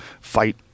fight